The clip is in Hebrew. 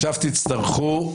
26,0028 הסתייגויות.